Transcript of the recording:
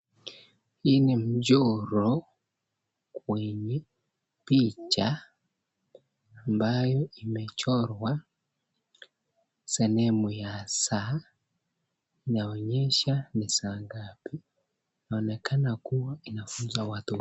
Hii ni mchoro wenye picha ambayo imechorwa sehemu ya saa. Inaonyesha ni saa ngapi. Inaonekana kuwa inafunza watoto.